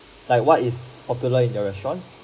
like what is popular in the restaurant